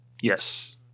Yes